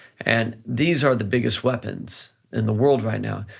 and these are the biggest weapons in the world right now.